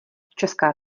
česká